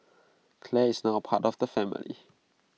Clare is now apart of the family